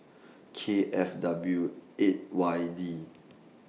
K F W eight Y D